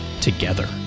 Together